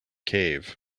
cave